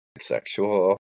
sexual